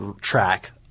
track